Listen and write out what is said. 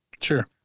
sure